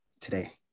today